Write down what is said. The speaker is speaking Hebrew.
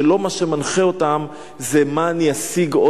שמה שמנחה אותם אינו מה אני אשיג,